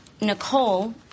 Nicole